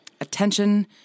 Attention